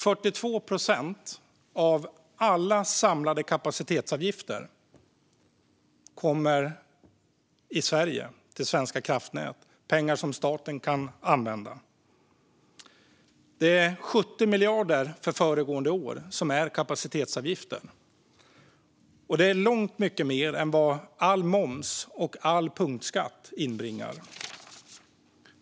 42 procent av alla samlade kapacitetsavgifter kommer i Sverige till Svenska kraftnät. Det är pengar som staten kan använda. Föregående år var det 70 miljarder som var kapacitetsavgifter. Det är långt mycket mer än vad all moms och all punktskatt inbringar.